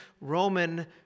Roman